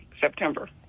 September